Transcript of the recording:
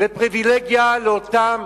ופריווילגיה לאותם